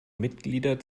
mitglieder